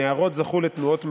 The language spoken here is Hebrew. נערות זכו לתנועות מגונות,